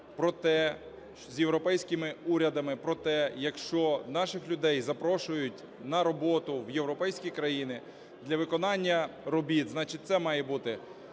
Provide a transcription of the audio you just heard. з європейськими урядами про те, якщо наших людей запрошують на роботу в європейські країни для виконання робіт, значить, це має бути